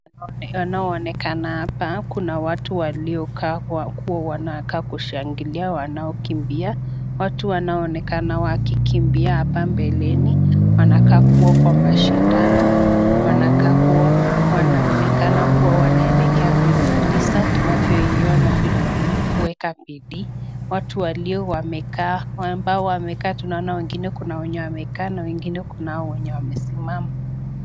Wanaooekana hapa, kuna watu waliokaa kwa kuwa, wanakaa kushangilia, wanao kimbia. Watu wanaonekana wakikimbia hapa mbeleni, wanakaa kuwa mashindano, wanakaa kuwa wanaonekana kuwa wanaelekea kuimaliza, tunavyoiona vile wanaeka bidii. Watu walio wamekaa ambao wamekaa, tunaona wengine kuna wenye wamekaa na wengine kunao wenye wamesimama.